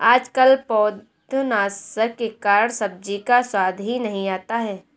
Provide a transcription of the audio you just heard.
आजकल पौधनाशक के कारण सब्जी का स्वाद ही नहीं आता है